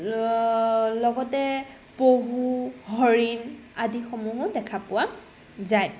লগতে পহু হৰিণ আদিসমূহো দেখা পোৱা যায়